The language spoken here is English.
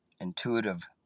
intuitive